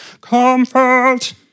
comfort